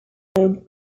drei